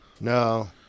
No